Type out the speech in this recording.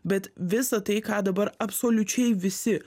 bet visa tai ką dabar absoliučiai visi